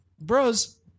Bros